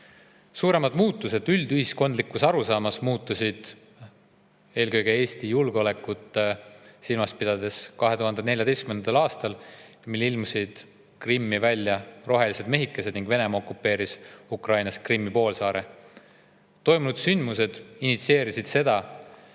Suuremad muutused üldühiskondlikus arusaamas muutusid eelkõige Eesti julgeolekut silmas pidades 2014. aastal, mil Krimmi ilmusid rohelised mehikesed ning Venemaa okupeeris Ukrainas Krimmi poolsaare. Toimunud sündmused initsieerisid jada,